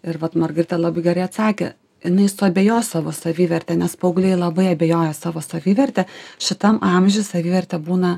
ir vat margarita labai gerai atsakė jinai suabejos savo saviverte nes paaugliai labai abejoja savo saviverte šitam amžiui savivertė būna